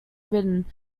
written